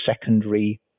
secondary